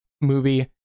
movie